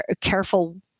careful